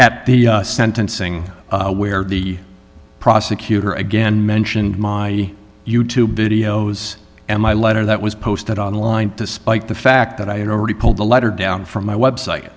at the sentencing where the prosecutor again mentioned my youtube videos and my letter that was posted online despite the fact that i had already pulled the letter down from my website